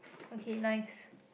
okay nice